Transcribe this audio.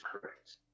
correct